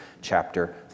chapter